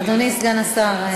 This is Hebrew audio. אדוני סגן השר,